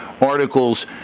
articles